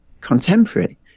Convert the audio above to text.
contemporary